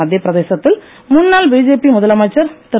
மத்திய பிரதேசத்தில் முன்னாள் பிஜேபி முதலமைச்சர் திரு